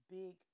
big